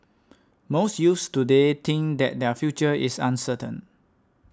most youths today think that their future is uncertain